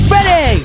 Ready